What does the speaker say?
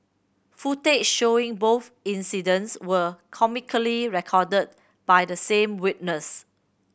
footage showing both incidents were comically recorded by the same witness